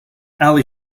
ali